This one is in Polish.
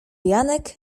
janek